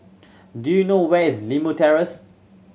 do you know where is Limau Terrace